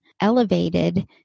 elevated